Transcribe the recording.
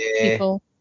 people